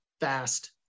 fast